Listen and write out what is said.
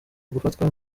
gufatwa